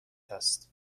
است